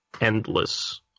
endless